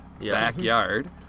backyard